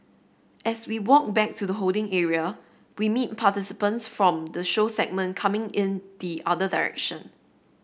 as we walk back to the holding area we meet participants from the show segment coming in the other direction